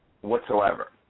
whatsoever